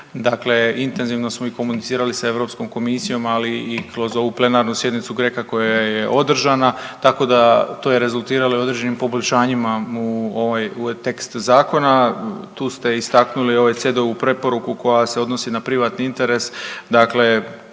dakle, intenzivno smo i komunicirali sa europskom komisijom ali i kroz ovu plenarnu sjednicu GRECO-a koja je održana tako da, to je rezultiralo i određenim poboljšanjima u ovaj tekst zakona, tu ste istaknuli ovaj OECD-ovu preporuku koja se odnosi na privatni interes,